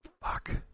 Fuck